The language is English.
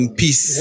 peace